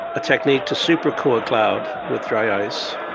a technique to super cool a cloud with dry ice,